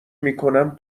میکنم